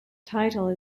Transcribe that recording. title